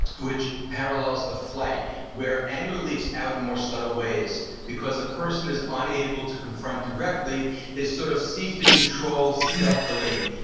which parallels the flight where anger leaks out in more subtle ways because a person is unable to confront directly they sort of seek to control stealthily,